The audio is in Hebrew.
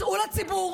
צאו לציבור,